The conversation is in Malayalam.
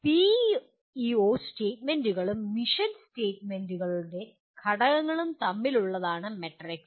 പിഇഒ സ്റ്റേറ്റ്മെന്റുകളും മിഷൻ സ്റ്റേറ്റ്മെന്റുകളുടെ ഘടകങ്ങളും തമ്മിലുള്ളതാണ് മാട്രിക്സ്